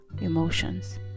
emotions